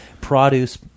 produce